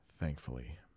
Thankfully